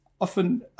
often